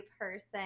person